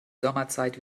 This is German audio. sommerzeit